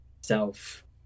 self